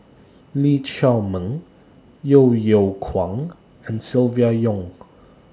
Lee Chiaw Meng Yeo Yeow Kwang and Silvia Yong